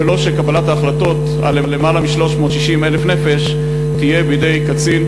ולא שקבלת ההחלטות על יותר מ-360,000 נפש תהיה בידי קצין,